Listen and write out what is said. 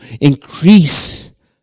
increase